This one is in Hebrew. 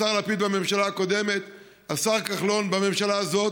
השר לפיד בממשלה הקודמת והשר כחלון בממשלה הזאת,